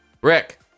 Rick